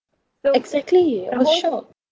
exactly I was shocked